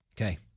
Okay